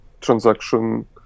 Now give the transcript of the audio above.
transaction